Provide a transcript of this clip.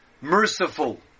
merciful